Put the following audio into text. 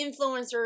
influencers